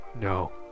no